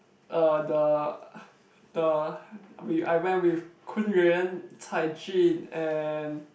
er the the we I went with Kun-Yuan Cai-Jun and